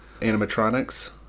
animatronics